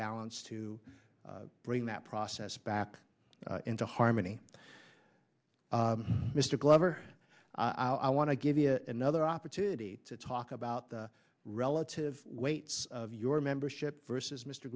balance to bring that process back into harmony mr glover i want to give you another opportunity to talk about the relative weights of your membership versus mr